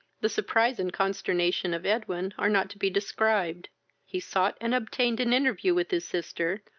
the surprise and consternation of edwin are not to be described he sought and obtained an interview with his sister,